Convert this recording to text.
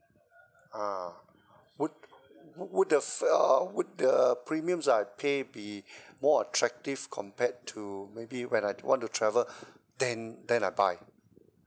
ah would would the uh would the premiums I pay be more attractive compared to maybe when I want to travel then then I buy